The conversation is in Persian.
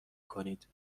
کنید